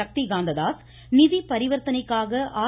சக்தி காந்ததாஸ் நிதி பரிவர்த்தனைக்காக ஆர்